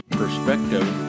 perspective